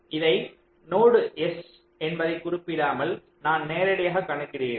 இதை node S என்பதை குறிப்பிடாமல் நான் நேரடியாக கணக்கிடுகிறேன்